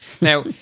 Now